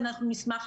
זו נקודה